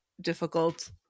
difficult